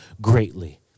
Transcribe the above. greatly